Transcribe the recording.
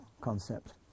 concept